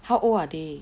how old are they